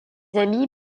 amis